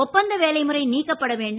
ஒப்பந்த வேலை முறை நீக்கப்பட வேண்டும்